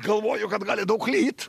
galvoju kad gali daug lyt